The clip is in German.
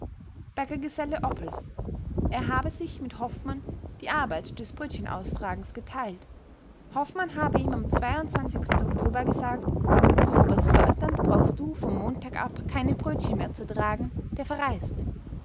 bäckergeselle oppels er habe sich mit hoffmann in die arbeit des brötchenaustragens geteilt hoffmann habe ihm am oktober gesagt zum oberstleutnant brauchst du vom montag ab keine brötchen mehr zu tragen der verreist